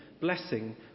blessing